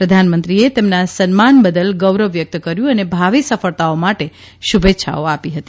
પ્રધાનમંત્રીએ તેમના સન્માન બદલ ગૌરવ વ્યકત કર્યું અને ભાવિ સફળતાઓ માટે શુભેચ્છાઓ આપી હતી